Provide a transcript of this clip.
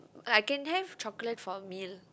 I can have chocolate for a meal